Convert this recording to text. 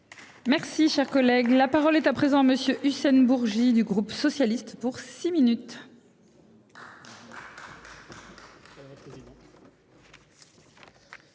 Merci, cher collègue, la parole est à présent Monsieur Hussein Bourgi du groupe socialiste pour six minutes.